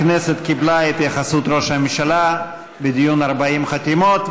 הכנסת קיבלה את התייחסות ראש הממשלה בדיון 40 חתימות.